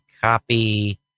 copy